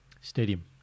Stadium